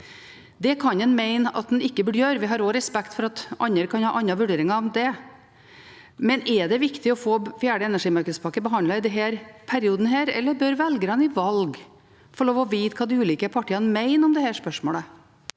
Det kan en mene at en ikke burde gjøre. Vi har også respekt for at andre kan ha andre vurderinger av det. Likevel, er det viktig å få fjerde energimarkedspakke behandlet i denne perioden, eller bør velgerne i valg få lov til å vite hva de ulike partiene mener om dette spørsmålet,